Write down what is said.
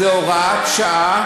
זו הוראת שעה,